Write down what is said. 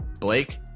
Blake